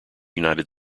united